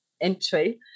entry